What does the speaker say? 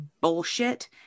bullshit